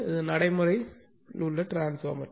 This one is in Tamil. அது நடைமுறை டிரான்ஸ்பார்மர்